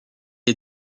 est